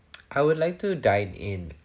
I would like to dine in